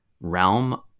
realm